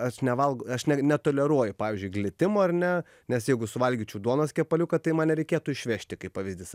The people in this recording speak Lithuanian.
aš nevalgau aš ne netoleruoju pavyzdžiui glitimo ar ne nes jeigu suvalgyčiau duonos kepaliuką tai mane reikėtų išvežti kaip pavyzdys